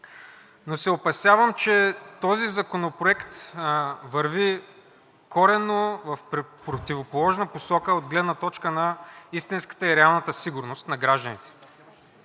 но се опасявам, че този законопроект върви коренно в противоположна посока от гледна точка на истинската и реалната сигурност на гражданите.